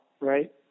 right